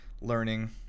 learning